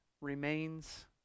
Remains